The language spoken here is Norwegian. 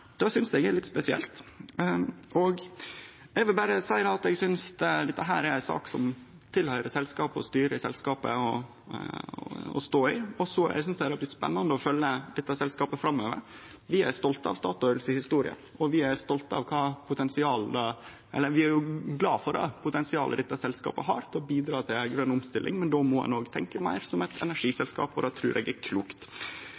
Det synest eg er litt spesielt. Eg vil berre seie at eg synest dette er ei sak som ligg til selskapet, og styret i selskapet, å stå i. Det blir spennande å følgje dette selskapet framover. Vi er stolte av Statoils historie, og vi er glade for det potensialet dette selskapet har for å bidra til ei grøn omstilling. Men då må ein òg tenkje meir som eit